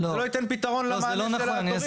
זה לא ייתן פיתרון לבעיה של התורים.